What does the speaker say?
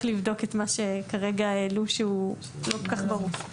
לבדוק את מה שכרגע העלו שהוא לא כל כך ברור.